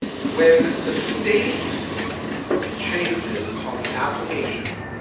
when the state changes on the application,